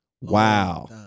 wow